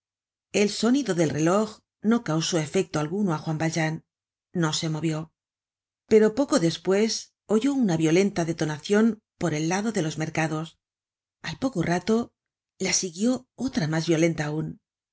el sonido del reloj no causó efecto alguno á juan valjean no se movió pero poco despues oyó una violenta detonacion por el lado de los mercados al poco rato la siguió otra mas violenta aun